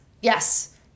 yes